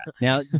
now